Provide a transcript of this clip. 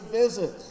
visit